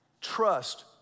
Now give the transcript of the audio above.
Trust